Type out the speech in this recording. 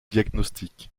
diagnostic